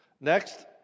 Next